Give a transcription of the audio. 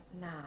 now